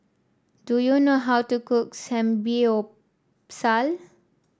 do you know how to cook Samgeyopsal